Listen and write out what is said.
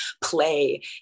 play